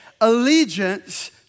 allegiance